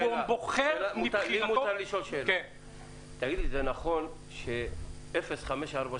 והוא בוחר בעצמו -- זה נכון ש-0548,